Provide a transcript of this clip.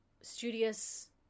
studious